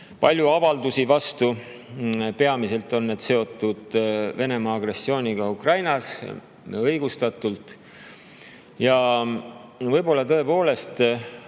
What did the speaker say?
palju avaldusi vastu. Peamiselt on need seotud Venemaa agressiooniga Ukrainas, õigustatult. Võib-olla selles